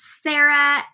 Sarah